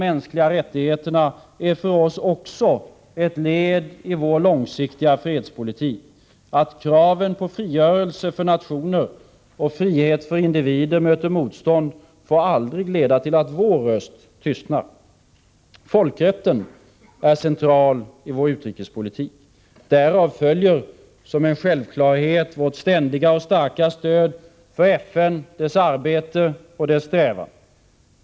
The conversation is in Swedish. mänskliga rättigheterna är för oss också ett led i Att kraven på frigörelse för nationer och frihet för individer möter motstånd får aldrig leda till att vår röst tystnar. Folkrätten är central i vår utrikespolitik. Därav följer som en självklarhet vårt ständiga och starka stöd för FN. dess arbete och dess strävan.